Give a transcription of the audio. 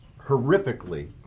horrifically